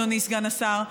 אדוני סגן השר.